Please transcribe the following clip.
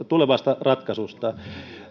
tulevasta ratkaisusta